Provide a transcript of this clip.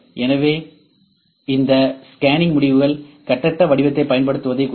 எனவே இந்த ஸ்கேனிங் முடிவுகள் கட்டற்ற வடிவத்தைப் பயன்படுத்துவதைக் குறிக்கும்